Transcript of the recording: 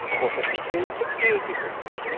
for fifty to sixty eight degrees.